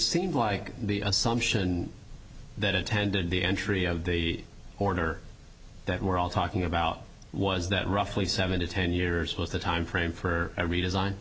seemed like the assumption that attended the entry of the order that we're all talking about was that roughly seven to ten years was the time frame for a redesign